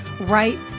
right